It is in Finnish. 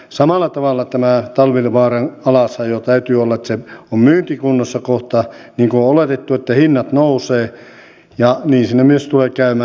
samalla tavalla tämän talvivaaran alasajo täytyy olla niin että se on myyntikunnossa kohta niin kuin on oletettu kun hinnat nousevat ja niin siinä myös tulee käymään